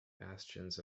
bastions